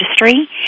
industry